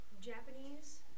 Japanese